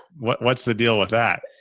like what's the deal with that?